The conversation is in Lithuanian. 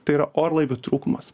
tai yra orlaivių trūkumas